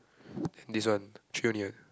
and this one three only what